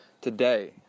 Today